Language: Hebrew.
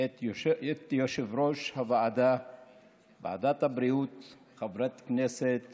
את יושבת-ראש ועדת הבריאות חברת הכנסת